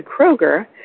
Kroger